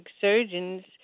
surgeons